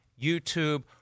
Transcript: YouTube